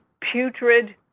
putrid